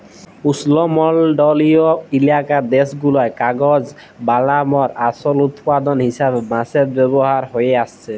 উস্লমলডলিয় ইলাকার দ্যাশগুলায় কাগজ বালাবার আসল উৎপাদল হিসাবে বাঁশের ব্যাভার হঁয়ে আইসছে